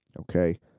Okay